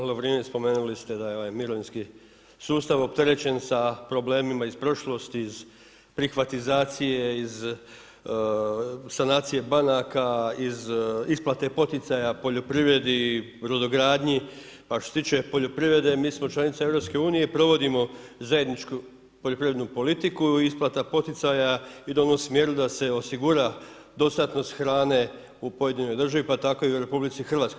Pa kolega Lovrinović, spomenuli ste da je mirovinski sustav opterećen sa problemima iz prošlosti, iz privatizacije, sanacije banaka, iz isplate poticaja poljoprivredi, brodogradnji, a što se tiče poljoprivrede, mi smo članica EU-a provodimo zajedničku poljoprivrednu politiku, isplata poticaj ide u onom smjeru da se osigura dostatnost hrane u pojedinoj državi pa tako i u RH.